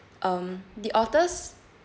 um the authors